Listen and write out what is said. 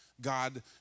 God